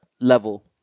level